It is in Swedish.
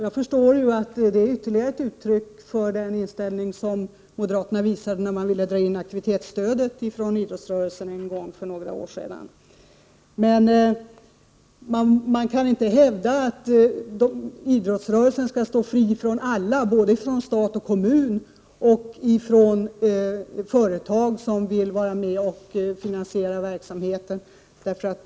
Jag förstår att det är ytterligare ett uttryck för moderaternas inställning. Jag tänker då på det faktum att man en gång för några år sedan ville dra in aktivitetsstödet till idrottsrörelsen. Man kan inte hävda att idrottsrörelsen skall vara helt oberoende — dvs. oberoende såväl av stat och kommun som av företag som vill vara med och finansiera idrottslig verksamhet.